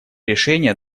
решение